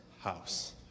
house